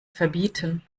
verbieten